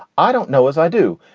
i don't know as i do.